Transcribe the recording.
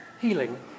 healing